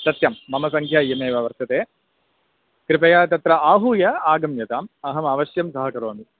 सत्यं मम संङ्ख्या इयमेव वर्तते कृपया तत्र आहूय आगम्यताम् अहम् अवश्यं सहकरोमि